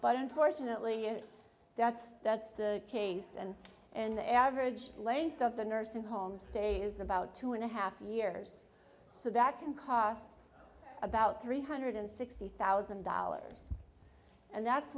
but unfortunately that's that's the case and and the average length of the nursing home stay is about two and a half years so that can cost about three hundred sixty thousand dollars and that's